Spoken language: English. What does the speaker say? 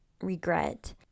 regret